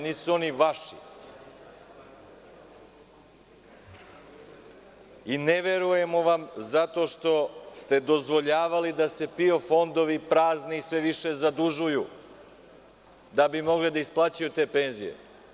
Nisu oni vaši i ne verujemo vam zato što ste dozvoljavali da se PIO fondovi prazne i sve više zadužuju da bi mogli da isplaćuju te penzije.